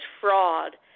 fraud